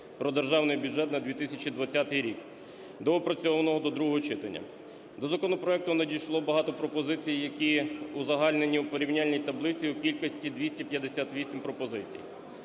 про Державний бюджет на 2020 рік, доопрацьованого до другого читання. До законопроекту надійшло багато пропозицій, які узагальнені в порівняльній таблиці, в кількості 258 пропозицій.